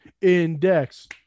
index